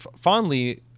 fondly